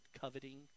coveting